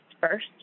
first